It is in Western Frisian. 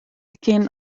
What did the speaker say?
kin